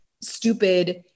stupid